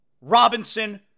Robinson